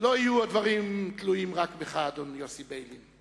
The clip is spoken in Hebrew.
לא יהיו הדברים תלויים רק בך, אדון יוסי ביילין.